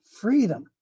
freedom